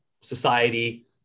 society